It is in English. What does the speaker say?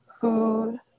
food